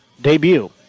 debut